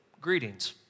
greetings